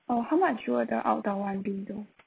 oh how much will the outdoor one be though